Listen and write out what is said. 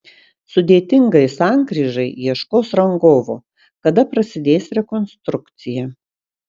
sudėtingai sankryžai ieškos rangovo kada prasidės rekonstrukcija